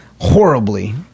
horribly